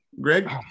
Greg